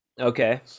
Okay